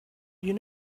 you